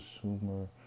consumer